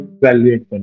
evaluate